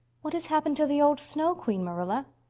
what has happened to the old snow queen, marilla?